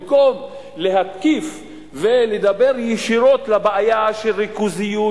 במקום להתקיף ולדבר ישירות על הבעיה של ריכוזיות,